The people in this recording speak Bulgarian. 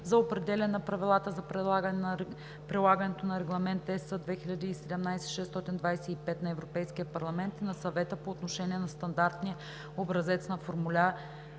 за определяне на правила за прилагането на Регламент (ЕС) 2017/625 на Европейския парламент и на Съвета по отношение на стандартния образец на формуляр,